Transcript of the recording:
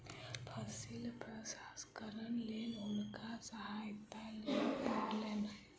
फसिल प्रसंस्करणक लेल हुनका सहायता लिअ पड़लैन